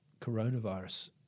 coronavirus